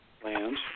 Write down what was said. plans